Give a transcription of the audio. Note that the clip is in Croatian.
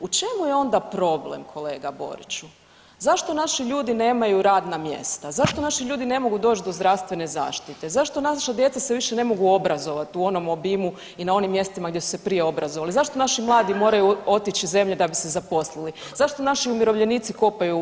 U čemu je onda problem, kolega Boriću, zašto naši ljudi nemaju radna mjesta, zašto naši ljudi ne mogu doći do zdravstvene zaštite, zašto naša djeca više se ne mogu obrazovati u onom obimu i na onim mjestima gdje su se prije obrazovali, zašto naši mladi moraju otići iz zemlje da bi se zaposlili, zašto naši umirovljenici kopaju po kantama za smeće?